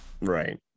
Right